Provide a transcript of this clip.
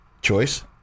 Choice